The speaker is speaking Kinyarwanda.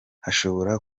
hashobora